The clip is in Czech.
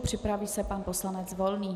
Připraví se pan poslanec Volný.